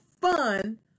fun